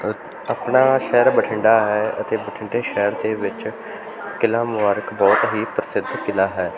ਆਪਣਾ ਸ਼ਹਿਰ ਬਠਿੰਡਾ ਹੈ ਅਤੇ ਬਠਿੰਡੇ ਸ਼ਹਿਰ ਦੇ ਵਿੱਚ ਕਿਲ੍ਹਾ ਮੁਬਾਰਕ ਬਹੁਤ ਹੀ ਪ੍ਰਸਿੱਧ ਕਿਲ੍ਹਾ ਹੈ